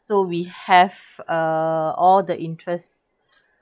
so we have uh all the interest